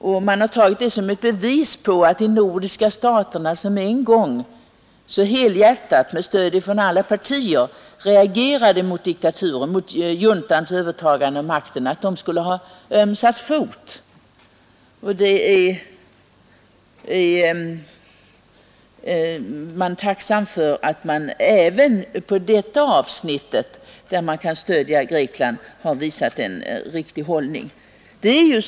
Det har tagits som ett bevis för att man i de nordiska staterna, som en gång så helhjärtat med stöd från alla partier reagerade mot juntans övertagande av makten, skulle ha ömsat fot. Jag är tacksam för att man även på detta avsnitt i fråga om stöd åt Grekland har visat en riktig hållning.